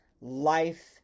life